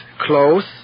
close